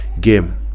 game